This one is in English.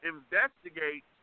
Investigate